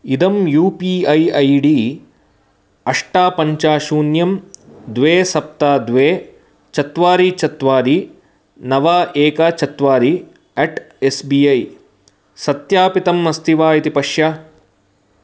इदं U P I I D अष्ट पञ्च शून्यं द्वे सप्त द्वे चत्वारि चत्वारि नव एक चत्वारि एट् एस् बी ऐ स्थापितम् अस्ति वा इति पश्य